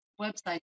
Website